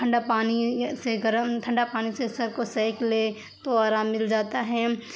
ٹھنڈا پانی سے گرم ٹھنڈا پانی سے سر کو سینک لے تو آرام مل جاتا ہے